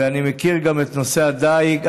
ואני מכיר את נושא הדיג.